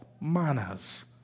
manners